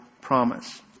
promise